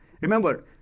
remember